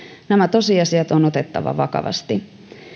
nämä tosiasiat on on otettava vakavasti